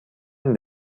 and